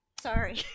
Sorry